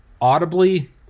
audibly